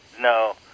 No